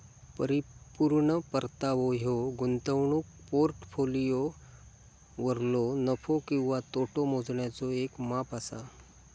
परिपूर्ण परतावो ह्यो गुंतवणूक पोर्टफोलिओवरलो नफो किंवा तोटो मोजण्याचा येक माप असा